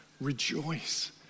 rejoice